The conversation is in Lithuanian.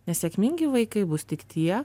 nes sėkmingi vaikai bus tik tie